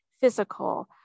physical